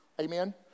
Amen